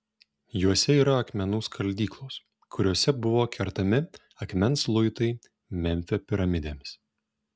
juose yra akmenų skaldyklos kuriose buvo kertami akmens luitai memfio piramidėms